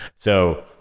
so,